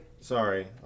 sorry